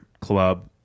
club